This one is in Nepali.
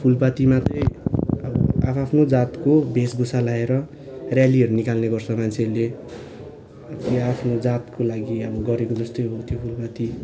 फुलपातीमा चाहिँ अब आफ्आफ्नो जातको वेशभुषा लाएर र्यालीहरू निकाल्ने गर्छ मान्छेहरूले कि आफ्नो जातको लागि अब गरेको जस्तै हो त्यो फुलपाती